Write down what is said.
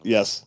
Yes